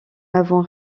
n’avons